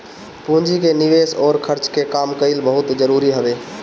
पूंजी के निवेस अउर खर्च के काम कईल बहुते जरुरी हवे